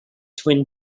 twin